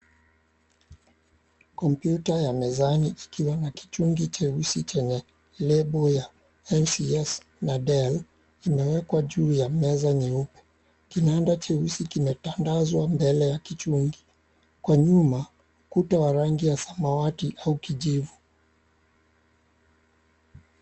Kompyuta ya mezani ikiwa na kichungi cheusi chenye label cs] ya NCS na DELL imewekwa juu ya meza nyeupe. Kinanda cheusi kimetandazwa mbele ya kichungi. Kwa nyuma ukuta wa rangi ya samawati au kijivu.